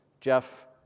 Jeff